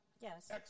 Yes